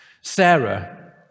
Sarah